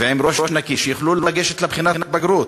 ועם ראש נקי, שיוכלו לגשת לבחינת בגרות.